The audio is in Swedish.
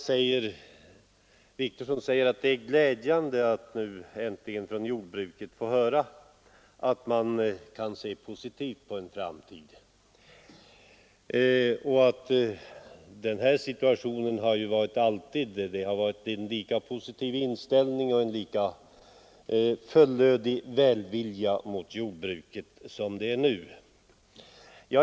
Herr Wictorsson säger att det är glädjande att från jordbrukarhåll nu få höra att man kan se positivt på framtiden. Och vidare säger han att sådan har situationen ju alltid varit — det har varit en lika positiv inställning och lika stor välvilja mot jordbruket som nu.